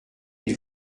êtes